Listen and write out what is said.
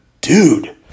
Dude